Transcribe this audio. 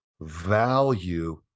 value